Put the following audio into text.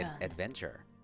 adventure